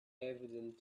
evident